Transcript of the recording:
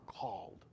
called